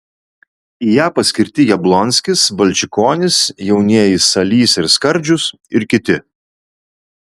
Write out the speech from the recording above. į ją paskirti jablonskis balčikonis jaunieji salys ir skardžius ir kiti